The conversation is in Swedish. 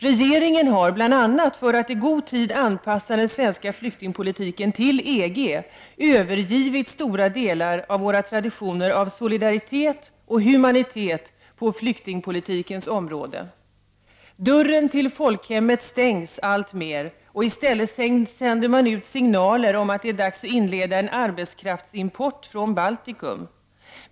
Regeringen har, bl.a. för att i god tid anpassa den svenska flyktingpolitiken till EG, övergivit stora delar av våra traditioner av solidaritet och humanitet på flyktingpolitikens område. Dörren till folkhemmet stängs alltmer, och i stället sänder man ut signaler om att det är dags att inleda en arbetskraftsimport från Baltikum.